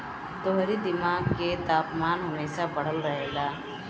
तोहरी दिमाग के तापमान हमेशा बढ़ल रहेला